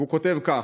והוא כותב כך: